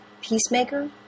peacemaker